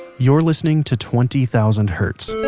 you're listening to twenty thousand hertz,